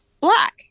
black